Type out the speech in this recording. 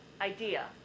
idea